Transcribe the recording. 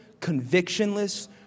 convictionless